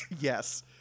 Yes